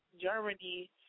Germany